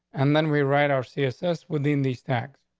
and then we write our css within these tax.